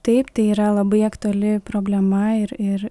taip tai yra labai aktuali problema ir ir